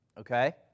Okay